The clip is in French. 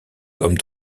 comme